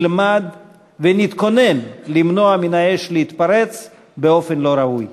נלמד ונתכונן למנוע מן האש להתפרץ באופן לא ראוי.